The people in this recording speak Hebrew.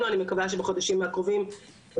פתרון לנושא הזה של ניכוי הוצאות הרחקה.